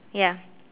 ya